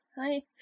Hi